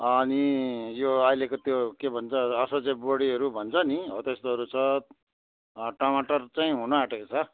अनि यो अहिलेको त्यो के भन्छ असोजे बोडीहरू भन्छ नि हो त्यस्तोहरू छ टमाटर चाहिँ हुनु आँटेको छ